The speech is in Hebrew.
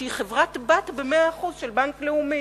שהיא חברה בת ב-100% של בנק לאומי.